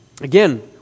Again